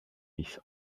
his